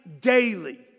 daily